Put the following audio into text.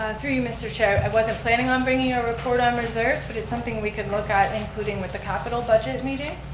through you, mr. chair, i wasn't planning on bringing a report on reserves but it's something we could look at including with the capital budget meeting.